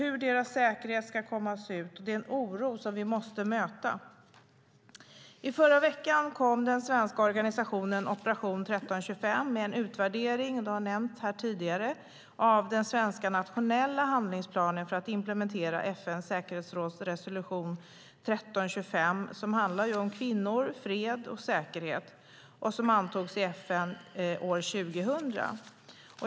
Det är en oro som vi måste möta. Som nämnts tidigare kom den svenska organisationen Operation 1325 i förra veckan med en utvärdering av den svenska nationella handlingsplanen för att implementera FN:s säkerhetsråds resolution 1325 om kvinnor, fred och säkerhet som antogs i FN år 2000.